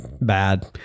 bad